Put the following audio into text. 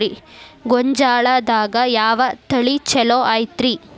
ಗೊಂಜಾಳದಾಗ ಯಾವ ತಳಿ ಛಲೋ ಐತ್ರಿ?